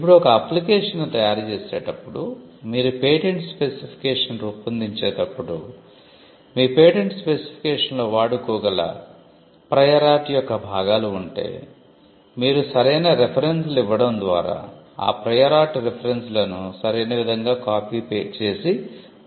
ఇప్పుడు ఒక అప్లికేషన్ను తయారుచేసేటప్పుడు మీరు పేటెంట్ స్పెసిఫికేషన్ను రూపొందించేటప్పుడు మీ పేటెంట్ అప్లికేషన్లో వాడుకోగల ప్రయర్ ఆర్ట్ యొక్క భాగాలు ఉంటే మీరు సరైన రిఫరెన్స్లు ఇవ్వడం ద్వారా ఆ ప్రయర్ ఆర్ట్ రిఫరెన్స్ లను సరైన విధంగా కాపీ చేసి పేస్ట్ చేయవచ్చు